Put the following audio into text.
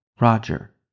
Roger